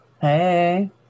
Hey